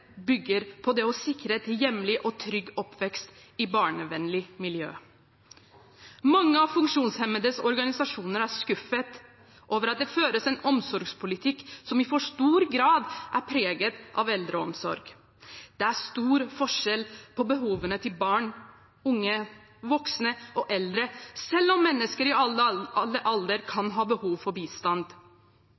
bygger på det å sikre en hjemlig og trygg oppvekst i et barnevennlig miljø. Mange av de funksjonshemmedes organisasjoner er skuffet over at det føres en omsorgspolitikk som i for stor grad er preget av eldreomsorg. Det er stor forskjell på behovene til barn, unge, voksne og eldre, selv om mennesker i alle aldre kan ha behov for bistand.